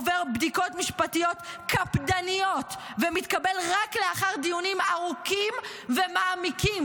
עובר בדיקות משפטיות קפדניות ומתקבל רק לאחר דיונים ארוכים ומעמיקים.